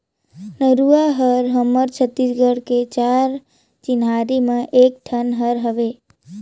नरूवा हर हमर छत्तीसगढ़ के चार चिन्हारी में एक ठन हर हवे